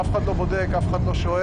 אף אחד לא בודק, אף אחד לא שואל.